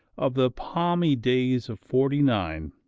of the palmy days of forty nine,